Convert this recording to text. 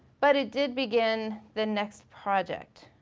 but it did begin the next project,